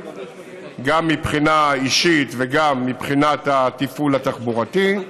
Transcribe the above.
גם מבחינה אישית וגם מבחינת התפעול התחבורתי.